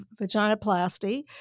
vaginoplasty